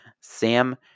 sam